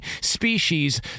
species